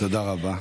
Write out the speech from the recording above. תודה רבה.